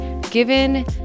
given